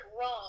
wrong